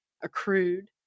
accrued